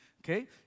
okay